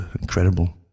incredible